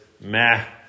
meh